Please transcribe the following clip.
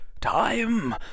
time